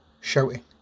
Shouting